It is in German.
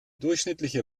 durchschnittliche